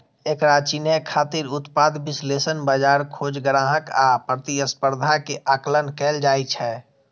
एकरा चिन्है खातिर उत्पाद विश्लेषण, बाजार खोज, ग्राहक आ प्रतिस्पर्धा के आकलन कैल जाइ छै